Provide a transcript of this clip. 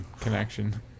connection